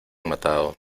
matado